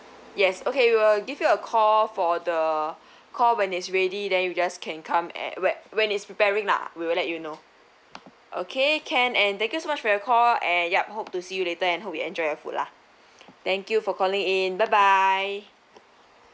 yes okay we'll give you a call for the call when it's ready then you just can come at where when it's preparing lah we will let you know okay can and thank you so much for your call and yup hope to see you later and hope you enjoy your food lah thank you for calling in bye bye